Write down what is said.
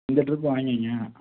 இந்த ட்ரிப்பு வாங்கிக்கங்க